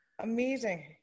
Amazing